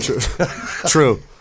True